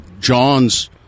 John's